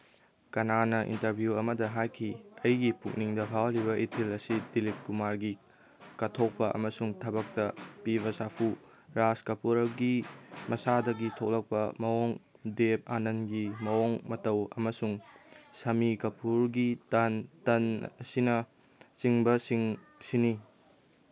ꯀꯅꯥꯅ ꯏꯟꯇꯔꯚ꯭ꯌꯨ ꯑꯃꯗ ꯍꯥꯏꯈꯤ ꯑꯩꯒꯤ ꯄꯨꯛꯅꯤꯡꯗ ꯐꯥꯎꯍꯜꯂꯤꯕ ꯏꯊꯤꯜ ꯑꯁꯤ ꯇꯤꯂꯤꯀꯨꯃꯥꯔꯒꯤ ꯀꯠꯊꯣꯛꯄ ꯑꯃꯁꯨꯡ ꯊꯕꯛꯇ ꯄꯤꯕ ꯁꯥꯐꯨ ꯔꯥꯖ ꯀꯥꯄꯨꯔꯒꯤ ꯃꯁꯥꯗꯒꯤ ꯊꯣꯛꯂꯛꯄ ꯃꯑꯣꯡ ꯗꯦꯕ ꯑꯥꯅꯟꯒꯤ ꯃꯑꯣꯡ ꯃꯇꯧ ꯑꯃꯁꯨꯡ ꯁꯃꯤ ꯀꯥꯄꯨꯔꯒꯤ ꯇꯟꯁꯤꯅ ꯆꯤꯡꯕꯁꯤꯡꯁꯤꯅꯤ